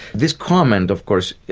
this comment, of course,